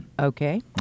Okay